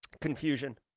confusion